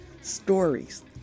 stories